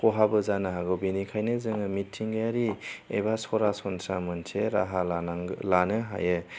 खहाबो जानो हागौ बेनिखायनो जोङो मिथिंगायारि एबा सरासनस्रा मोनसे राहा लानां लानो हायो